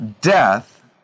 death